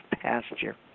pasture